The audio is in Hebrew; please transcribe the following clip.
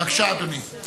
בבקשה, אדוני.